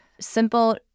simple